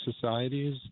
societies